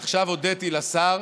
עכשיו הודיתי לשר